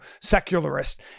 secularist